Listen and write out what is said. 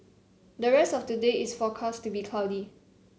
the rest of today is forecast to be cloudy